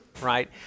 right